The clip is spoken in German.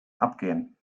abgehen